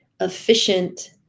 efficient